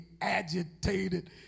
agitated